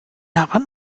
heran